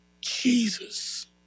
Jesus